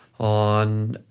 on